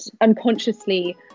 unconsciously